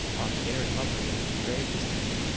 on the inner cover they engraved his name,